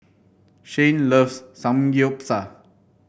Shane loves Samgyeopsal